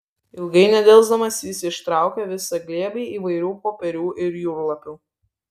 ilgai nedelsdamas jis ištraukė visą glėbį įvairių popierių ir jūrlapių